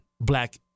black